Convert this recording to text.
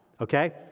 okay